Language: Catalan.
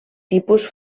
tipus